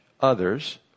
others